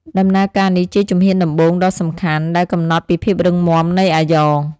ដំណើរការនេះជាជំហានដំបូងដ៏សំខាន់ដែលកំណត់ពីភាពរឹងមាំនៃអាយ៉ង។